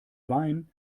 wein